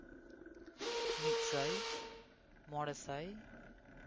ᱢᱤᱫᱥᱟᱭ ᱢᱚᱬᱮᱥᱟᱭ